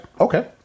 okay